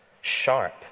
Sharp